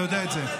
אתה יודע את זה.